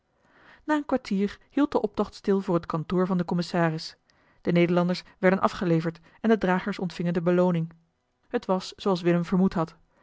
na een kwartier hield de optocht stil voor het kantoor van den commissaris de nederlanders werden afgeleverd en de dragers ontvingen de belooning t was zooals willem vermoed had